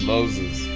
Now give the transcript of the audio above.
Moses